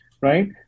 right